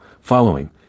following